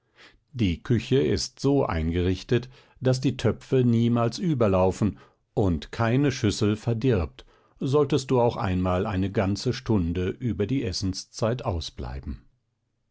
die küche ist so eingerichtet daß die töpfe niemals überlaufen und keine schüssel verdirbt solltest du auch einmal eine ganze stunde über die essenszeit ausbleiben